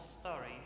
story